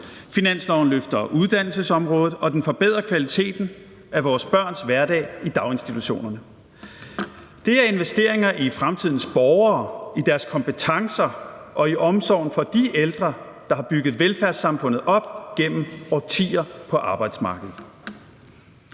finansloven løfter vi uddannelsesområdet og forbedrer kvaliteten af vores børns hverdag i daginstitutionerne. Det er investeringer i fremtidens borgere, i deres kompetencer og i omsorgen for de ældre, der har bygget velfærdssamfundet op gennem årtier på arbejdsmarkedet.